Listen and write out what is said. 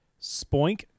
Spoink